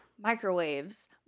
microwaves